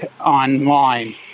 online